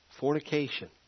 Fornication